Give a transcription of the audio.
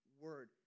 word